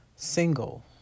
single